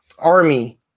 Army